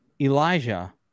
Elijah